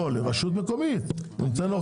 לא, לרשות מקומית זה בחוק.